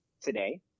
today